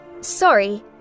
sorry